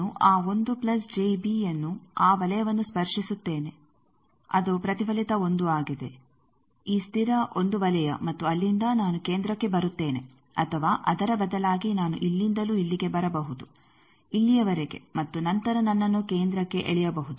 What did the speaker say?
ನಾನು ಆ 1 plus J B ಅನ್ನು ಆ ವಲಯವನ್ನು ಸ್ಪರ್ಶಿಸುತ್ತೇನೆ ಅದು ಪ್ರತಿಫಲಿತ 1 ಆಗಿದೆ ಈ ಸ್ಥಿರ 1 ವಲಯ ಮತ್ತು ಅಲ್ಲಿಂದ ನಾನು ಕೇಂದ್ರಕ್ಕೆ ಬರುತ್ತೇನೆ ಅಥವಾ ಅದರ ಬದಲಾಗಿ ನಾನು ಇಲ್ಲಿಂದಲೂ ಇಲ್ಲಿಗೆ ಬರಬಹುದು ಇಲ್ಲಿಯವರೆಗೆ ಮತ್ತು ನಂತರ ನನ್ನನ್ನು ಕೇಂದ್ರಕ್ಕೆ ಎಳೆಯಬಹುದು